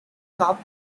cup